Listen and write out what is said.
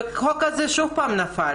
החוק שוב נפל